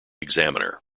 examiner